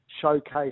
showcase